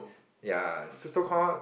ya so so call